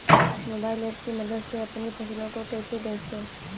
Mobile app की मदद से अपनी फसलों को कैसे बेचें?